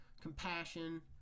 compassion